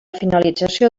finalització